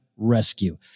Rescue